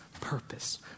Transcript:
purpose